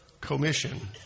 commission